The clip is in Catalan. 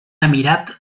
emirat